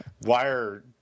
wire